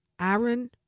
Aaron